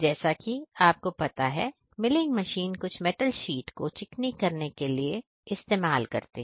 जैसा कि आपको पता है कि मिलिंग मशीन कुछ मेटल शीट को चिकनी करने के इस्तेमाल करते हैं